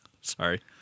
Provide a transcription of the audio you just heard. Sorry